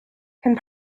can